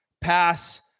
pass